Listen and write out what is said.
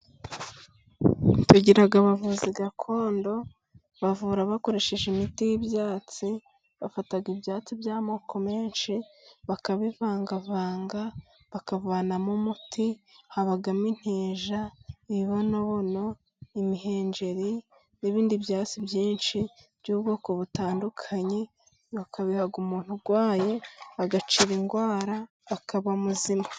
Tugira abavuzi gakondo bavura bakoresheje imiti y'ibyatsi, bafata ibyatsi by'amoko menshi bakabivangavanga bakavanamo umuti. Habamo inteja, imibonobono, imihengeri n'ibindi byatsi byinshi by'ubwoko butandukanye bakabiha umuntu urwaye agakira indwara akaba muzima.